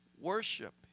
worship